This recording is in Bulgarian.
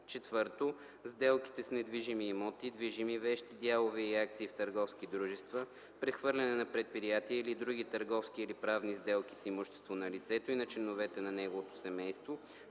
му; 4. сделките с недвижими имоти, движими вещи, дялове и акции в търговски дружества, прехвърляне на предприятие или други търговски или правни сделки с имущество на лицето и на членовете на неговото семейство